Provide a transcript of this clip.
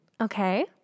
Okay